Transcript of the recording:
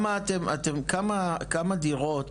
כמה דירות